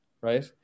right